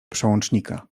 przełącznika